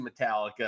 Metallica